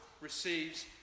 receives